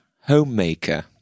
homemaker